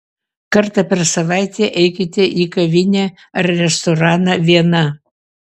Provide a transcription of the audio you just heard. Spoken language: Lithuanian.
kartą per savaitę eikite į kavinę ar restoraną viena